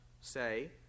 Say